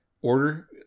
order